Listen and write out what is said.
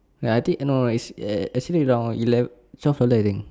ya I think no no no is err actually around eleven twelve dollar I think